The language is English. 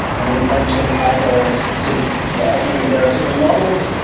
and then the parent chain either so yeah, again, there are different models.